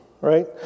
right